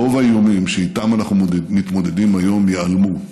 רוב האיומים שאיתם אנחנו מתמודדים היום ייעלמו,